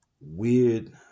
weird